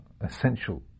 essential